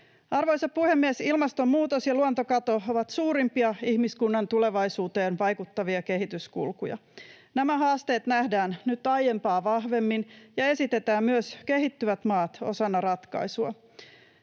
Arvoisa puhemies! Ilmastonmuutos ja luontokato ovat suurimpia ihmiskunnan tulevaisuuteen vaikuttavia kehityskulkuja. Nämä haasteet nähdään nyt aiempaa vahvemmin ja myös kehittyvät maat esitetään osana ratkaisua.